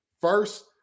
First